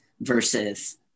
versus